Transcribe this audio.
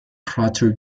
crater